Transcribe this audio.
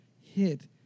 hit